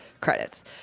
credits